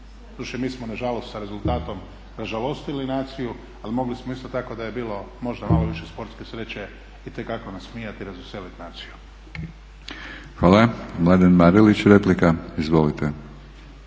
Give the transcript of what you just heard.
Doduše mi smo nažalost s rezultatom ražalostili naciju ali mogli smo isto tako da je bilo možda malo više sportske sreće itekako nasmijati i razveseliti naciju. **Batinić, Milorad (HNS)** Hvala. Mladen Marelić replika, izvolite.